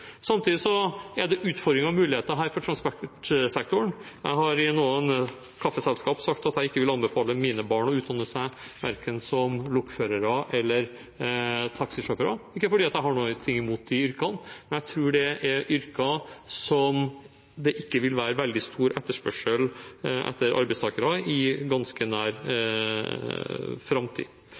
Samtidig er det utfordringer og muligheter her for transportsektoren. Jeg har i noen kaffeselskap sagt at jeg ikke vil anbefale mine barn å utdanne seg verken som lokførere eller taxisjåfører – ikke fordi jeg har noe imot de yrkene, men jeg tror det er yrker som det ikke vil være veldig stor etterspørsel etter arbeidstakere i i ganske nær framtid.